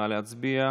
נא להצביע,